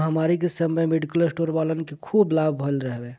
महामारी के समय मेडिकल स्टोर वालन के खूब लाभ भईल हवे